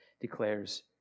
declares